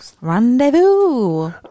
Rendezvous